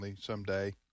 someday